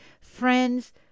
friends